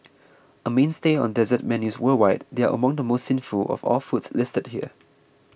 a mainstay on dessert menus worldwide they are among the most sinful of all the foods listed here